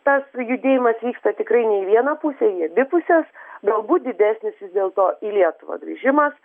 tas judėjimas vyksta tikrai ne į vieną pusę į abi puses galbūt didesnis vis dėlto į lietuvą grįžimas